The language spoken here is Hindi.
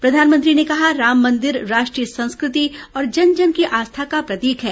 प्रधानमंत्री ने कहा राम मंदिर राष्ट्रीय संस्कृति और जन जन की आस्था का प्रतीक है